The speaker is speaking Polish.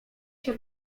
się